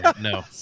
no